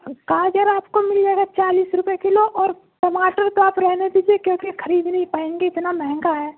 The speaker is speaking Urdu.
گاجر آپ کو مل جائے گا چالیس روپئے کلو اور ٹماٹر تو آپ رہنے دیجیے کیونکہ خرید نہیں پائیں گے اتنا مہنگا ہے